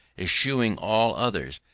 eschewing all others,